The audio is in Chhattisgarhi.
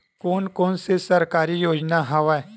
कोन कोन से सरकारी योजना हवय?